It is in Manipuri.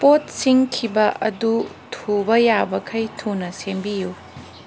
ꯄꯣꯠ ꯁꯤꯡꯈꯤꯕ ꯑꯗꯨ ꯊꯨꯕ ꯌꯥꯕꯈꯩ ꯊꯨꯅ ꯁꯦꯝꯕꯤꯎ